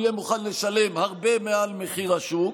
הוא יהיה מוכן לשלם הרבה מעל מחיר השוק,